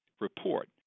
report